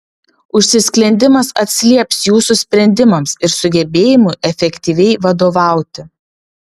užsisklendimas atsilieps jūsų sprendimams ir sugebėjimui efektyviai vadovauti